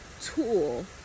tool